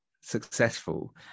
successful